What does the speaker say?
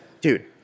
dude